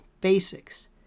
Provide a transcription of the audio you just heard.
basics